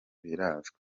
birazwi